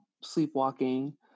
sleepwalking